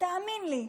תאמין לי.